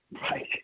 Right